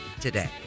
today